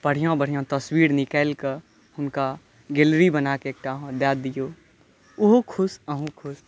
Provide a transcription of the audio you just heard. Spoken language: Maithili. बढ़िऑं बढ़िऑं तस्वीर निकालिकऽ हुनका गैलरी बनाके एकटा दऽ दियौ ओहो खुश अहुँ खुश